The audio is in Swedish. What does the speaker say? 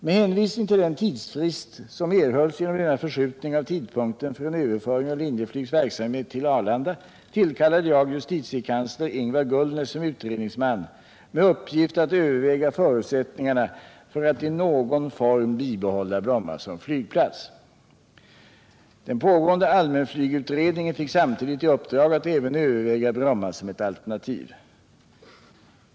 Med hänvisning till den tidsfrist som erhölls genom denna förskjutning av tidpunkten för en överföring av Linjeflygs verksamhet till Arlanda tillkallade jag justitiekansler Ingvar Gullnäs som utredningsman med uppgift att överväga förutsättningarna för att i någon form bibehålla Bromma som flygplats. Den pågående allmänflygutredningen fick samtidigt i uppdrag att även överväga Bromma som ett alternativ.